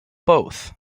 both